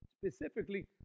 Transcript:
Specifically